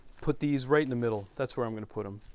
put these right in the middle. that's where i'm gonna put them,